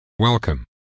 Welcome